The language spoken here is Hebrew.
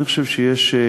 אני חושב שיש,